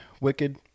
wicked